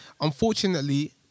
unfortunately